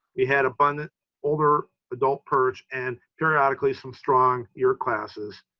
we had abundant older adult perch and periodically some strong year classes.